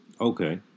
Okay